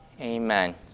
amen